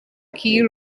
key